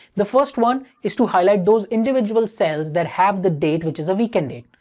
the first one is to highlight those individual cells that have the date which is a weekend date.